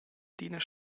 d’ina